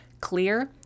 clear